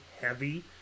heavy